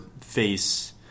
face